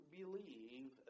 believe